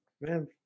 man